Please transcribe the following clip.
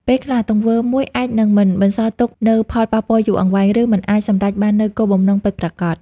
ពេលខ្លះ ទង្វើមួយអាចនឹងមិនបន្សល់ទុកនូវផលប៉ះពាល់យូរអង្វែង ឬមិនអាចសម្រេចបាននូវគោលបំណងពិតប្រាកដ។